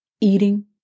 eating